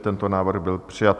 Tento návrh byl přijat.